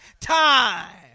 time